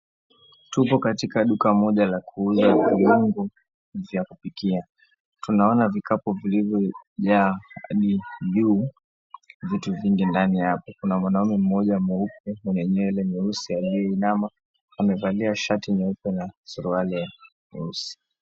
Tupo katika duka moja la kuuza viungo vya kupikia. Tunaona vikapu vilivyojaa hadi juu vitu vingi ndani yake. Kuna mwanaume mmoja mweupe mwenye nywele nyeusi aliyeinama, amevalia shati nyeupe na suruali nyeusi.